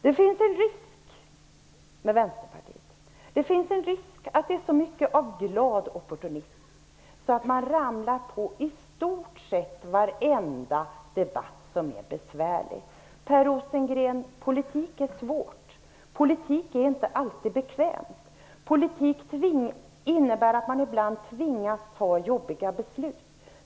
Det finns en risk att det finns så mycket glad opportunism i Vänsterpartiet att man ramlar på i stort sett varje besvärlig debatt. Politik är svårt, Per Rosengren. Politik är inte alltid bekvämt. Politik innebär att man ibland tvingas fatta jobbiga beslut.